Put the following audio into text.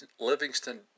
Livingston